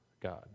God